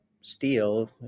steel